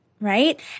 right